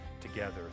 together